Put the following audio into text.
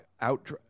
Out